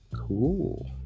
cool